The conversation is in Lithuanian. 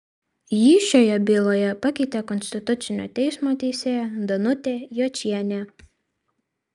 jį šioje byloje pakeitė konstitucinio teismo teisėja danutė jočienė